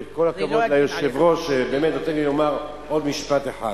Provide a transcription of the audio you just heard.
וכל הכבוד ליושב-ראש שנותן לי לומר עוד משפט אחד.